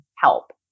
help